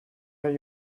have